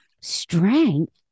Strength